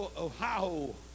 Ohio